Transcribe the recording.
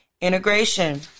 integration